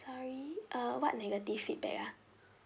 sorry err what negative feedback ah